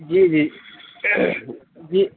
جی جی جی